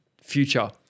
future